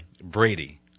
Brady